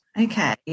Okay